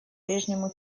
прежнему